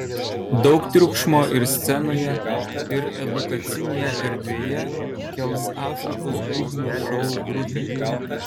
daug triukšmo ir scenoje ir edukacinėje erdvėje kels afrikos būgnų šou grupė